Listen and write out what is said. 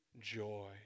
joy